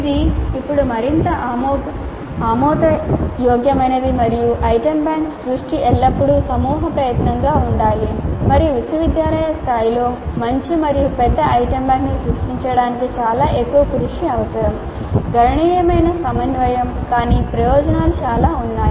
ఇది ఇప్పుడు మరింత ఆమోదయోగ్యమైనది మరియు ఐటెమ్ బ్యాంక్ సృష్టి ఎల్లప్పుడూ సమూహ ప్రయత్నంగా ఉండాలి మరియు విశ్వవిద్యాలయ స్థాయిలో మంచి మరియు పెద్ద ఐటమ్ బ్యాంక్ను సృష్టించడానికి చాలా ఎక్కువ కృషి అవసరం గణనీయమైన సమన్వయం కానీ ప్రయోజనాలు చాలా ఉన్నాయి